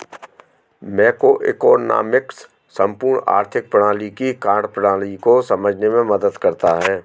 macroeconomics संपूर्ण आर्थिक प्रणाली की कार्यप्रणाली को समझने में मदद करता है